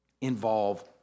involve